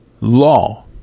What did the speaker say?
law